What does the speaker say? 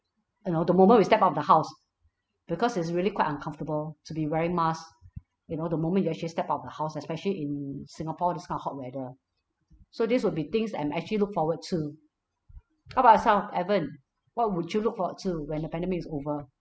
you know the moment we step out of the house because it's really quite uncomfortable to be wearing mask you know the moment you actually step out of the house especially in singapore this kind of hot weather so this would be things that I'm actually look forward to what about yourself evan what would you look forward to when the pandemic is over